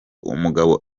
umugabo